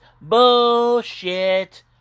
Bullshit